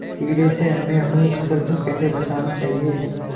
कीड़े से हमें अपनी फसल को कैसे बचाना चाहिए?